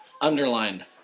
underlined